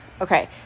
okay